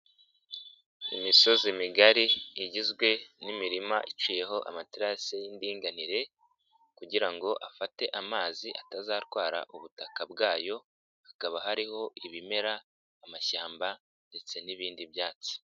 Imisozi migari igizwe n'imirima iciyeho amaterasi y'indinganire kugira ngo afate amazi atazatwara ubutaka bwayo, hakaba hariho ibimera, amashyamba ndetse n'ibindi byatsi.